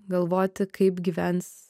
galvoti kaip gyvens